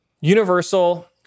Universal